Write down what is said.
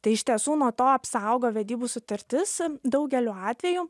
tai iš tiesų nuo to apsaugo vedybų sutartis daugeliu atvejų